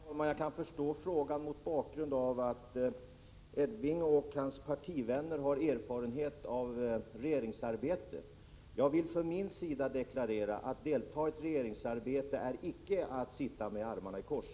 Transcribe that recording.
Herr talman! Jag kan förstå den frågan, mot bakgrund av att flera av Elving Anderssons partivänner har erfarenhet av regeringsarbete. Jag vill för min del deklarera: Att delta i regeringsarbete är icke att sitta med armarna i kors.